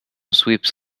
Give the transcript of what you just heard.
sweeps